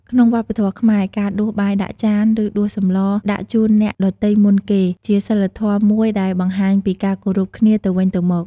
ក្នុងវប្បធម៌ខ្មែរ ការដួសបាយដាក់ចាន ឬដួសសម្លរដាក់ជូនអ្នកដទៃមុនគេ ជាសីលធម៌មួយដែលបង្ហាញពីការគោរពគ្នាទៅវិញទៅមក។